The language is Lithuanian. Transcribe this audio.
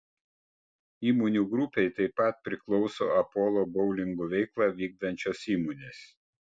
įmonių grupei taip pat priklauso apolo boulingų veiklą vykdančios įmonės